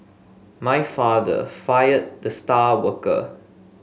my father fired the star worker